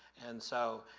and so,